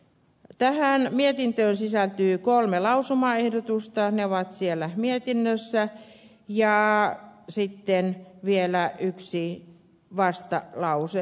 tähän mietintöön sisältyy kolme lausumaehdotusta sekä yksi vastalause